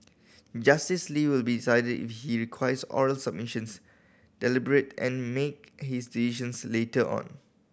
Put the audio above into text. Justice Lee will decide if he requires oral submissions deliberate and make his decisions later on